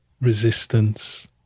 resistance